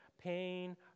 pain